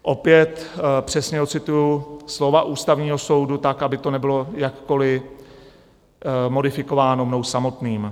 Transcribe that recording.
Opět přesně odcituji slova Ústavního soudu tak, aby to nebylo jakkoli modifikováno mnou samotným.